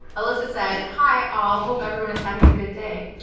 alyssa said hi. all hope everyone is having a good day